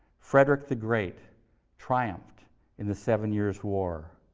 frederick the great triumphed in the seven years' war.